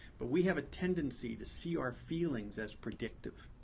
but we have a tendency to see our feelings as predictive.